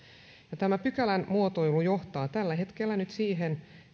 tämä pykälän muotoilu johtaa tällä hetkellä nyt siihen